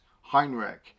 Heinrich